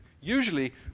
usually